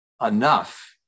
enough